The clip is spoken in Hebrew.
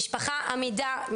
משפחה אמידה,